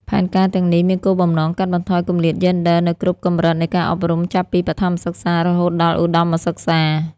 ផែនការទាំងនេះមានគោលបំណងកាត់បន្ថយគម្លាតយេនឌ័រនៅគ្រប់កម្រិតនៃការអប់រំ ចាប់ពីបឋមសិក្សារហូតដល់ឧត្តមសិក្សា។